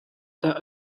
dah